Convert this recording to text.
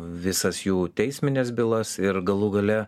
visas jų teismines bylas ir galų gale